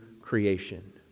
creation